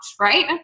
right